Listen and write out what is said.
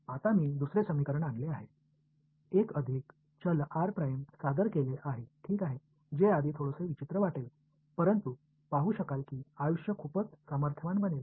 आता मी दुसरे समीकरण आणले आहे एक अधिक चल r सादर केले आहे ठीक आहे जे आधी थोडेसे विचित्र वाटेल परंतु पाहू शकाल की आयुष्य खूप सामर्थ्यवान बनेल